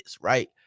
right